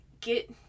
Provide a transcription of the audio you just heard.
get